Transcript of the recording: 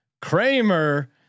Kramer